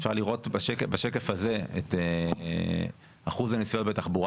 אפשר לראות בשקף הזה את אחוז הנסיעות בתחבורה